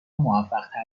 موفقتر